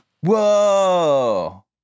Whoa